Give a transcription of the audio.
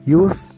use